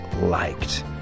liked